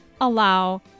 allow